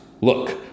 Look